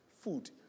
food